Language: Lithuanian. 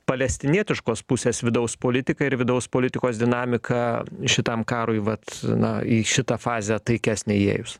palestinietiškos pusės vidaus politika ir vidaus politikos dinamika šitam karui vat na į šitą fazę taikesnę įėjus